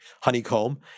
honeycomb